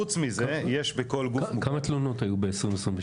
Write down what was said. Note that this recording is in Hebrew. חוץ מזה, יש בכל גוף --- כמה תלונות היו ב-2022?